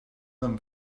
them